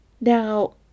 Now